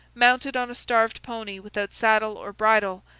mounted on a starved pony without saddle or bridle,